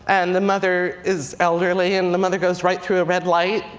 and the mother is elderly. and the mother goes right through a red light.